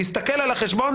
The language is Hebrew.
הוא הסתכל על החשבון,